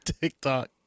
TikTok